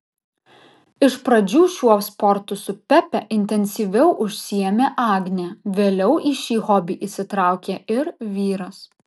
iš pradžių šiuo sportu su pepe intensyviau užsiėmė agnė vėliau į šį hobį įsitraukė ir vyras